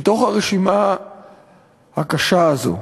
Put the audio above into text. מתוך הרשימה הקשה הזאת,